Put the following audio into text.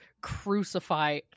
crucify